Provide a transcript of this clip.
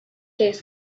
days